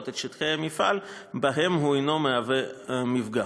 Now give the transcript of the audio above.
את שטחי המפעל שבהם הוא אינו מהווה מפגע.